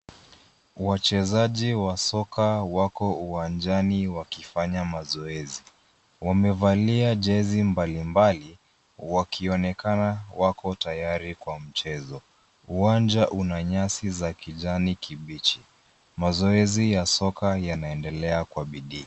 Wachezaji wa soka wako uwanjani wakifanya mazoezi. Wamevalia jezi mbalimbali wakionekana wako tayari kwa mchezo. Uwanja una nyasi za kijani kibichi. Mazoezi ya soka yanaendelea kwa bidii.